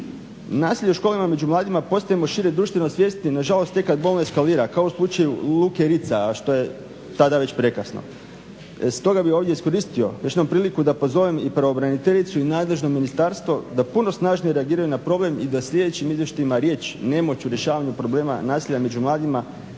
Nasilje u školama među mladima postajemo šire društveno svjesni nažalost tek kad ono eskalira kao u slučaju Luke Ritza, a što je tada već prekasno. Stoga bih ovdje iskoristio još jednom priliku da pozovem i pravobraniteljicu i nadležno ministarstvo da puno snažnije reagiraju na problem i da u sljedećim izvješćima riječ nemoć u rješavanju problema nasilja među mladima